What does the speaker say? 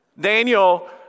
Daniel